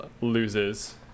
loses